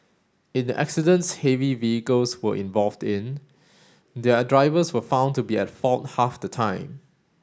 in the accidents heavy vehicles were involved in their drivers were found to be at fault half the time